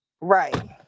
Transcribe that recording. Right